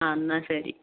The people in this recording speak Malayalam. ആ എന്നാൽ ശരി